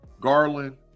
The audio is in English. Garland